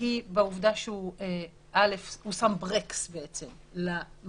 היא בעודה שהוא שם ברקס למריבה,